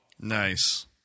nice